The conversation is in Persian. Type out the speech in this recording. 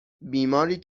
بیماری